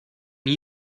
new